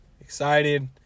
Excited